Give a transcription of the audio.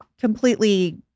completely